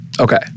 Okay